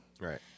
Right